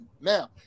Now